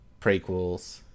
Prequels